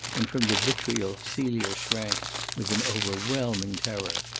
and from the vitriol celia shrank with an overwhelming terror.